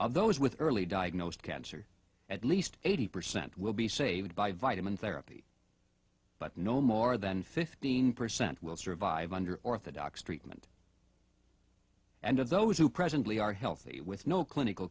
of those with early diagnosed cancer at least eighty percent will be saved by vitamin therapy but no more than fifteen percent will survive under orthodox treatment and of those who presently are healthy with no clinical